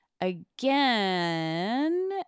again